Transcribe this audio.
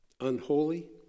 unholy